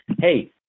hey